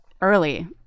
early